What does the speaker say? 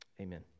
Amen